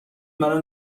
منو